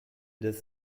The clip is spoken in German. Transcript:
des